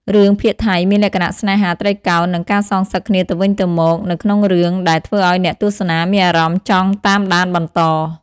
រឿងភាគថៃមានលក្ខណៈស្នេហាត្រីកោណនិងការសងសឹកគ្នាទៅវិញទៅមកនៅក្នុងរឿងដែលធ្វើឲ្យអ្នកទស្សនាមានអារម្មណ៍ចង់តាមដានបន្ត។